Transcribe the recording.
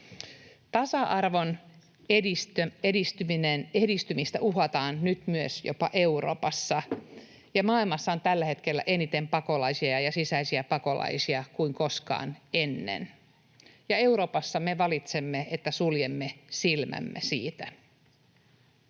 Tasa-arvon edistymistä uhataan nyt myös jopa Euroopassa. Maailmassa on tällä hetkellä enemmän pakolaisia ja sisäisiä pakolaisia kuin koskaan ennen, ja Euroopassa me valitsemme, että suljemme silmämme siltä.